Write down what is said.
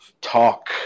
talk